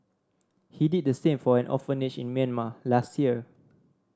he did the same for an orphanage in Myanmar last year